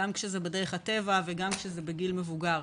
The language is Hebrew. גם כשזה בדרך הטבע וגם כשזה בגיל מבוגר.